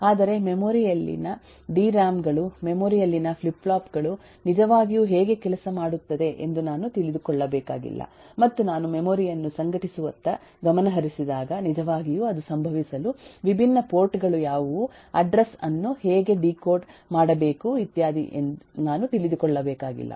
ಆದರೆ ಮೆಮೊರಿ ಯಲ್ಲಿನ ಡಿರ್ಯಾಮ್ ಗಳು ಮೆಮೊರಿ ಯಲ್ಲಿನ ಫ್ಲಿಪ್ ಫ್ಲಾಪ್ ಗಳು ನಿಜವಾಗಿಯೂ ಹೇಗೆ ಕೆಲಸ ಮಾಡುತ್ತದೆ ಎಂದು ನಾನು ತಿಳಿದುಕೊಳ್ಳಬೇಕಾಗಿಲ್ಲ ಮತ್ತು ನಾನು ಮೆಮೊರಿ ಯನ್ನು ಸಂಘಟಿಸುವತ್ತ ಗಮನಹರಿಸಿದಾಗ ನಿಜವಾಗಿಯೂ ಅದು ಸಂಭವಿಸಲು ವಿಭಿನ್ನ ಪೋರ್ಟ್ ಗಳು ಯಾವುವು ಅಡ್ರೆಸ್ ಅನ್ನು ಹೇಗೆ ಡಿಕೋಡ್ ಮಾಡಬೇಕು ಇತ್ಯಾದಿ ನಾನು ತಿಳಿದುಕೊಳ್ಳಬೇಕಾಗಿಲ್ಲ